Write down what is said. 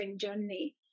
journey